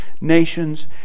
nations